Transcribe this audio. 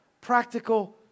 practical